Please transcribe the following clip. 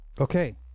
Okay